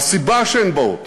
והסיבה שהן באות